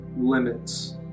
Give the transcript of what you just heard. limits